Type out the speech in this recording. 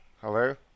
Hello